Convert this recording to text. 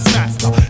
master